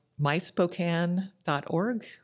myspokane.org